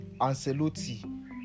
Ancelotti